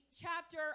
chapter